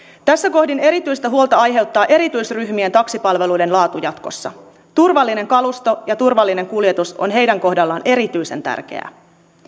tässä kohdin erityistä huolta aiheuttaa erityisryhmien taksipalveluiden laatu jatkossa turvallinen kalusto ja turvallinen kuljetus on heidän kohdallaan erityisen tärkeää